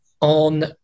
on